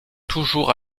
toujours